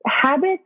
habits